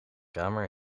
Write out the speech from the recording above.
kamer